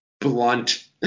blunt